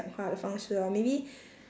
讲话的方式 lor maybe